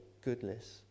goodness